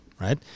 right